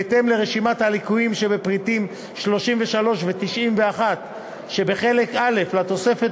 בהתאם לרשימת הליקויים שבפרטים 33 ו-91 שבחלק א' לתוספת